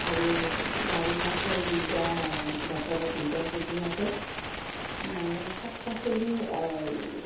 আৰু বাৰিষা এই দুয়োটা বছৰত দুয়োটা ছিজ'নতে মই শাক পাচলি